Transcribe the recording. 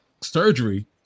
surgery